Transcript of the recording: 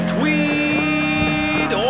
Tweed